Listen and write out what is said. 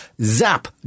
Zap